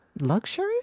luxury